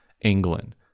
England